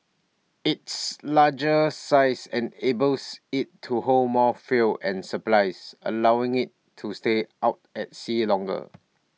its larger size enables IT to hold more fuel and supplies allowing IT to stay out at sea longer